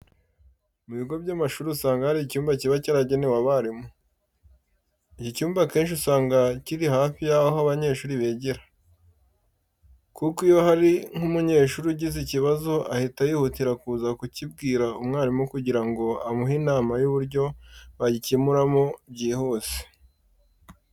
Mu bigo by'amashuri, usanga hari icyumba kiba cyaragenewe abarimu. Iki cyumba akenshi usanga kiri hafi yaho abanyeshuri bigira. Kuko iyo hari nk'umunyeshuri ugize ikibazo ahita yihutira kuza kukibwira umwarimu kugira ngo amuhe inama y'uburyo bagikemuramo byihuse.